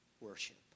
worship